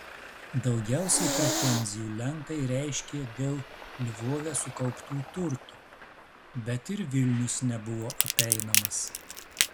daugiausiai pretenzijų lenkai reiškė dėl lvove sukauptų turtų bet ir vilnius nebuvo apeinamas